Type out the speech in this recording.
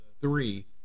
three